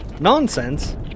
Nonsense